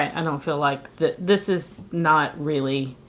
i don't feel like this is not really